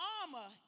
armor